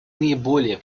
наиболее